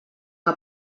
que